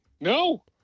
No